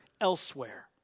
elsewhere